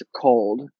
cold